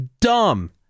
dumb